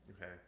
Okay